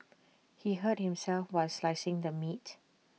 he hurt himself while slicing the meat